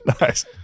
Nice